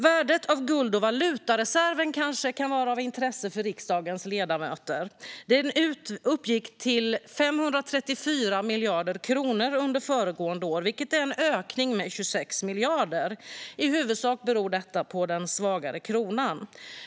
Värdet av guld och valutareserven - det kanske kan vara av intresse för riksdagens ledamöter - uppgick till 534 miljarder kronor under föregående år, vilket är en ökning med 26 miljarder. I huvudsak beror detta på den svagare kronan.